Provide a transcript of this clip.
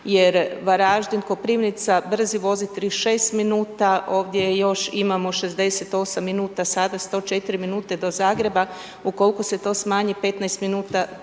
jer Varaždin-Koprivnica brzi vozi 36 minuta, ovdje još imamo 68 minuta, sada 104 minute do Zagreba, ukoliko se to smanji, 15 minuta,